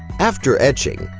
after etching,